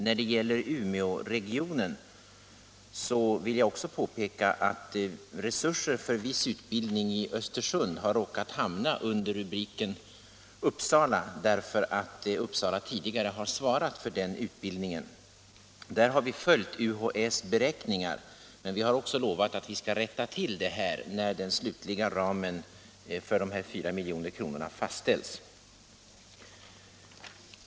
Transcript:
När det gäller Umeåregionen vill jag påpeka att resurser för viss utbildning i Östersund har råkat hamna under rubriken Uppsala, därför att Uppsala tidigare har svarat för denna. Där har vi följt UHÄ:s beräkningar, men vi har också lovat att vi skall rätta till det här, när den slutliga ramen för de fyra miljonerna har fastställts.